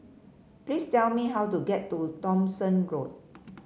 please tell me how to get to Thomson Road